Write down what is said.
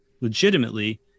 legitimately